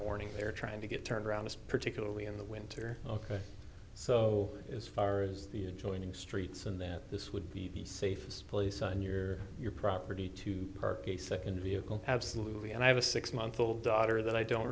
morning there trying to get turned around this particularly in the winter ok so as far as the adjoining streets and then this would be the safest place on your your property to a second vehicle absolutely and i have a six month old daughter that i don't